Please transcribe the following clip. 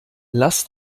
lass